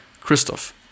Christoph